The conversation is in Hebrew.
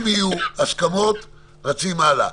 אם יהיו הסכמות, נרוץ הלאה.